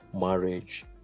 marriage